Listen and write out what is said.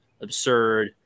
absurd